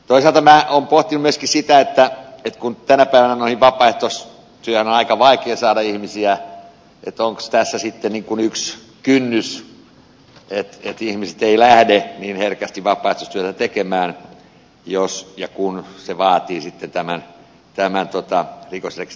toisaalta minä olen pohtinut myöskin sitä että kun tänä päivänä vapaaehtoistyöhön on aika vaikea saada ihmisiä niin onko tässä sitten yksi kynnys että ihmiset eivät lähde niin herkästi vapaaehtoistyötä tekemään jos ja kun se vaatii tämän rikosrekisteriotteen